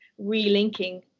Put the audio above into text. relinking